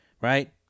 right